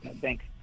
Thanks